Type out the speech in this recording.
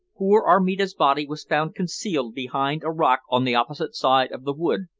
poor armida's body was found concealed behind a rock on the opposite side of the wood.